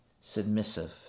Submissive